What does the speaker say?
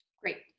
Great